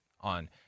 on